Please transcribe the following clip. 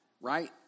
Right